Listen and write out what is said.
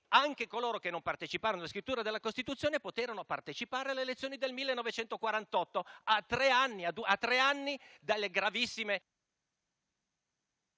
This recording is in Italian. anche coloro che non parteciparono alla scrittura della Costituzione poterono partecipare alle elezioni del 1948, a tre anni dalle gravissime...